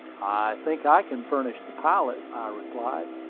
i think i can furnish the pilot, i replied.